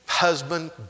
husband